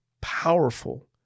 powerful